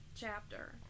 chapter